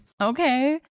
Okay